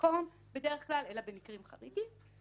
בדרך כלל במקום אלא במקרים חריגים.